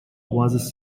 was